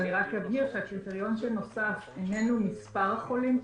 אני רק אבהיר שהקריטריון שנוסף איננו מספר החולים קשה,